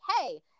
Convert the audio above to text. hey